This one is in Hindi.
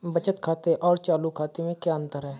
बचत खाते और चालू खाते में क्या अंतर है?